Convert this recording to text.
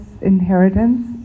inheritance